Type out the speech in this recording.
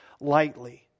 lightly